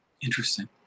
Interesting